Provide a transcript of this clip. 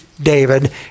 David